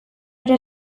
ere